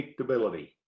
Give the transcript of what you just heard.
predictability